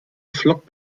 flockt